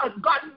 God